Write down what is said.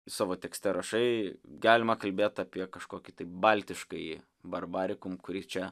savo tekste rašai galima kalbėt apie kažkokį tai baltiškąjį barbarikum kurį čia